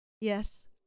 Yes